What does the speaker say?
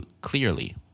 clearly